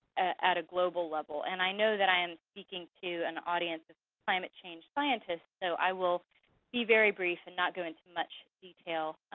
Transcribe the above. at a global level. and i know that i am speaking to an audience of climate change scientists, so i will be very brief, and not go into much detail.